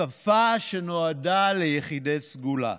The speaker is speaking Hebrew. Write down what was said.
שפה שנועדה ליחידי סגולה.